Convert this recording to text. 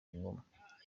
goma